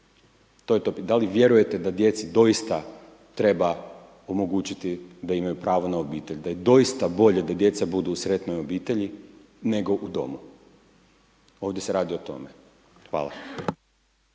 Da li vjerujete da djeci doista treba omogućiti da imaju pravo na obitelj, da je doista bolje da djeca budu u sretnoj obitelji nego u domu? Ovdje se radi o tome. Hvala.